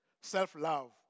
self-love